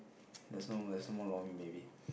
there's no there's no more lor-mee maybe